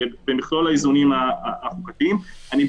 לא,